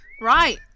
Right